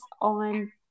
on